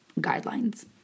guidelines